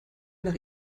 nach